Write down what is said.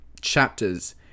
chapters